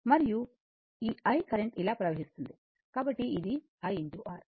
మరియు ఈ I current ఇలా ప్రవహిస్తుంది కాబట్టి ఇది IR